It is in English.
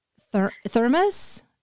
thermos